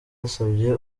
yasabye